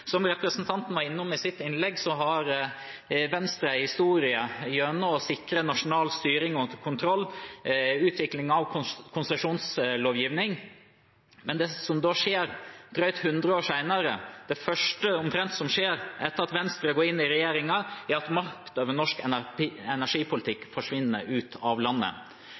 Som representanten var innom i sitt innlegg, har Venstre en historie med å sikre nasjonal styring og kontroll og utvikling av en konsesjonslovgivning, men det som skjer drøyt hundre år senere – omtrent det første som skjer etter at Venstre går inn i regjering – er at makt over norsk energipolitikk forsvinner ut av landet.